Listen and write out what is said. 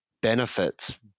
benefits